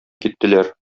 киттеләр